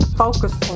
focus